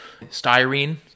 Styrene